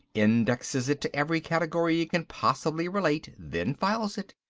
indexes it to every category it can possibly relate, then files it.